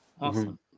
Awesome